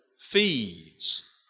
feeds